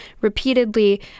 repeatedly